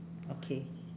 okay